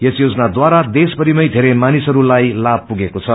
यस योजनाद्वारा देशभरिमै बेरै मानिसहरूलाई लाभ पुगेको छ